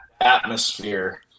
atmosphere